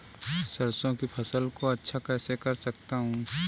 सरसो की फसल को अच्छा कैसे कर सकता हूँ?